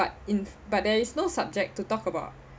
but in but there is no subject to talk about